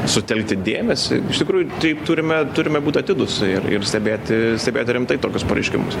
sutelkti dėmesį iš tikrųjų tai turime turime būt atidūs ir ir stebėti stebėti rimtai tokius pareiškimus